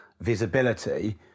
visibility